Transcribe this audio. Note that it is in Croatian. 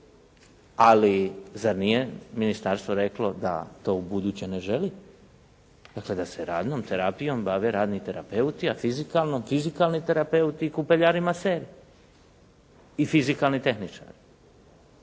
Ali zar nije ministarstvo reklo da to ubuduće ne želi, dakle da se radnom terapijom bave radni terapeuti, a fizikalnom fizikalni terapeuti … /Govornik se ne razumije./ … i fizikalni tehničari.